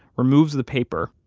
removes the paper,